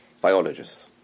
Biologists